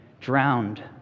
drowned